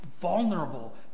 vulnerable